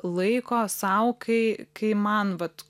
laiko sau kai kai man vat